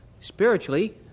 Spiritually